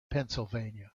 pennsylvania